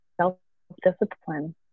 self-discipline